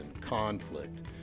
conflict